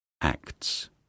Acts